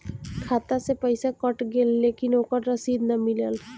खाता से पइसा कट गेलऽ लेकिन ओकर रशिद न मिलल?